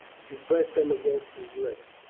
she pressed them against his lips.